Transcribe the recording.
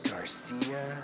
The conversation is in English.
Garcia